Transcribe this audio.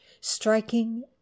striking